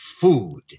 Food